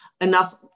enough